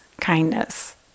kindness